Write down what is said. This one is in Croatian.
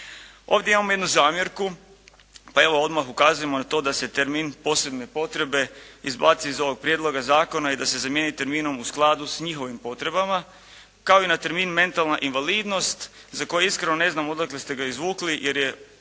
Ovdje imamo jednu zamjerku, pa evo odmah ukazujemo na to da se termin posebne potvrde izbaci iz ovog prijedloga zakona i da se zamijeni terminom "u skladu s njihovim potrebama" kao i na termin "mentalna invalidnost" za koji iskreno ne znam odakle ste ga izvukli jer je